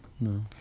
No